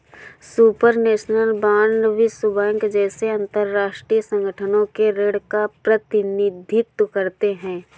supranational bond विश्व bank जैसे अंतरराष्ट्रीय संगठनों के ऋण का प्रतिनिधित्व करते हैं